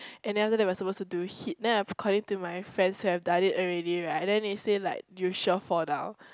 and then after that we are suppose to do it hit then according to my friends who have done it already right then they say like you sure fall down